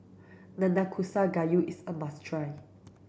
Nanakusa Gayu is a must try